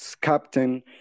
captain